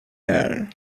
air